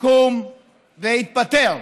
קום והתפטר.